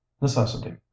Necessity